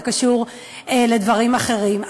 זה קשור לדברים אחרים.